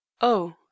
Oh